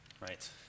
right